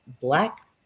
Black